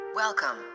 Welcome